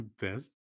best